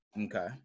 Okay